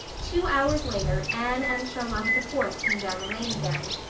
two hours later anne and charlotta the fourth came down the lane again.